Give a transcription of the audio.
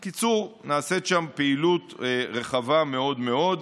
בקיצור, נעשית שם פעילות רחבה מאוד מאוד.